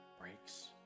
breaks